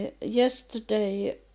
yesterday